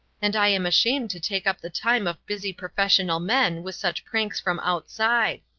and i am ashamed to take up the time of busy professional men with such pranks from outside.